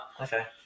Okay